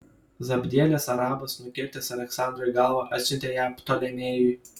zabdielis arabas nukirtęs aleksandrui galvą atsiuntė ją ptolemėjui